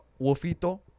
Wolfito